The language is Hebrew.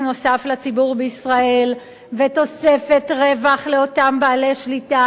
נוסף לציבור בישראל ותוספת רווח לאותם בעלי שליטה.